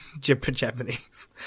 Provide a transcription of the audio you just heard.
Japanese